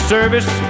Service